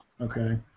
Okay